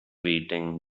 waiting